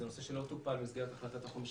זה נושא שלא טופל במסגרת החלטת החומש